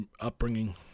upbringing